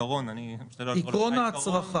אני מתחיל לקרוא לו "העיקרון" -- עיקרון ההצרחה.